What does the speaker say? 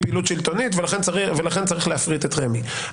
פעילות שלטונית ולכן צריך להפריט את רמ"י.